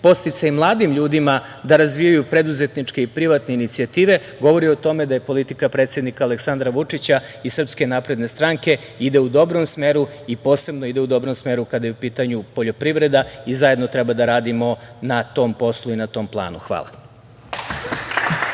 podsticaj mladim ljudima da razvijaju preduzetničke i privatne inicijative govori o tome da je politika predsednika Aleksandra Vučića i SNS ide u dobrom smeru i posebno ide u dobrom smeru kada je u pitanju poljoprivreda i zajedno treba da radimo na tom poslu i na tom planu. Hvala.